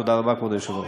תודה רבה, כבוד היושב-ראש.